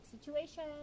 situation